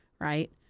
right